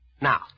Now